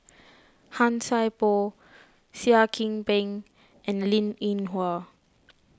Han Sai Por Seah Kian Peng and Linn in Hua